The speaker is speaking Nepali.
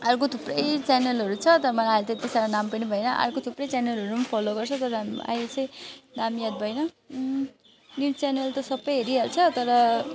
अर्को थुप्रै च्यानलहरू छ तर मलाई अहिले त्यत्ति साह्रो नाम पनि भएन अर्को थुप्रै च्यानलहरू पनि फलो गर्छु तर हामी अहिले चाहिँ नाम याद भएन न्युज च्यानल त सबै हेरिहाल्छ तर